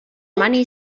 money